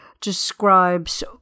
describes